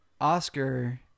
Oscar